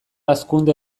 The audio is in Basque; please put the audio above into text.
hazkunde